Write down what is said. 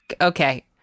Okay